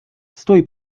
stój